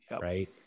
Right